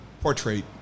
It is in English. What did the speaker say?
portrait